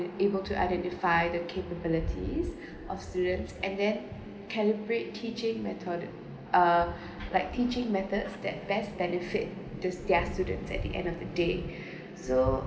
able to identify the capabilities of students and then calibrate teaching method uh like teaching methods that best benefit this their students at the end of the day so